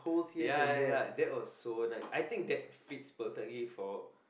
ya ya that was so neat I think thats fit perfectly for